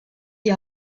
die